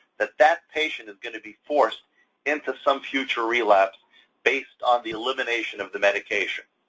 that that patient is going to be forced into some future relapse based on the elimination of the medication.